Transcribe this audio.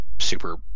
super